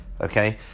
okay